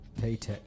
Paytech